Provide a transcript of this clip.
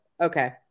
okay